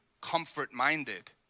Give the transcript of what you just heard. comfort-minded